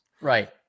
Right